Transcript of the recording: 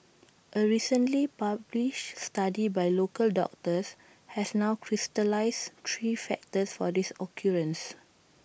A recently published study by local doctors has now crystallised three factors for this occurrence